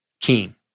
king